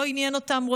לא עניין אותם,